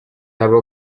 aba